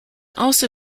also